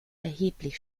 erheblich